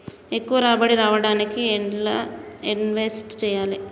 ఎక్కువ రాబడి రావడానికి ఎండ్ల ఇన్వెస్ట్ చేయాలే?